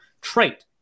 trait